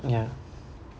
ya